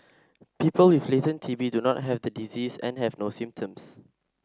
people with latent T B do not have the disease and have no symptoms